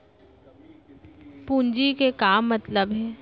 पूंजी के का मतलब हे?